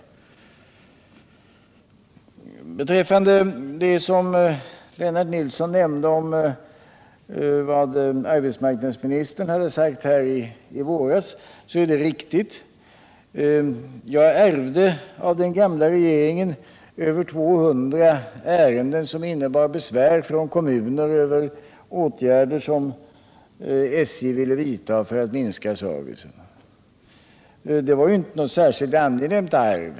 Vad beträffar det som arbetsmarknadsministern hade sagt i våras är Lennart Nilssons uppgift riktig. Jag ärvde av den gamla regeringen över 200 besvär från kommuner över åtgärder som SJ ville vidta för att minska servicen. Det var inte något särskilt angenämt arv.